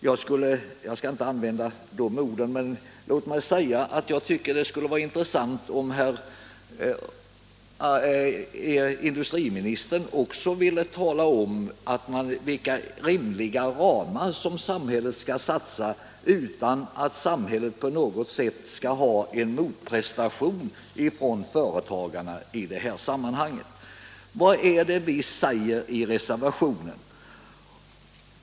Jag skall inte använda sådana ord, men jag tycker att det skulle vara intressant om herr industriministern å sin sida ville tala om vilka rimliga ramar som samhället skall sätta upp för satsningar utan att avkräva en motprestation från företagarna i det här sammanhanget. Vad är det vi säger i reservationen?